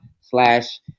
slash